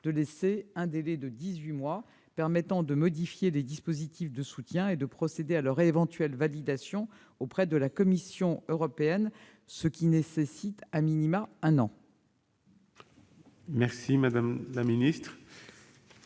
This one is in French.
de laisser un délai de dix-huit mois permettant de modifier les dispositifs de soutien et de procéder à leur éventuelle validation auprès de la Commission européenne, ce qui nécessite un an. Le sous-amendement